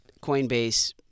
Coinbase